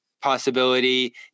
possibility